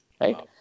right